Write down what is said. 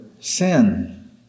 sin